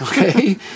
Okay